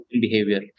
behavior